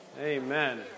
Amen